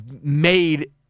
Made